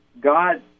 God